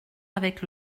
avec